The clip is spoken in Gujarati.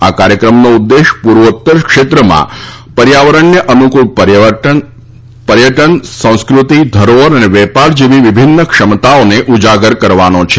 આ કાર્યક્રમનો ઉદ્દેશ પૂર્વોત્તર ક્ષેત્રમાં પર્યાવરણને અનુકૂળ પર્યટન સંસ્કૃતિ ધરોહર અને વેપાર જેવી વિભિન્ન ક્ષમતાઓને ઊજાગર કરવાનો છે